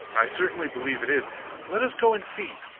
i certainly believe it is let us go and see.